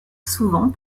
souvent